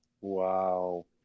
Wow